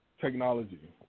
technology